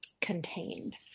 contained